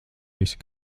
visi